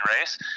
race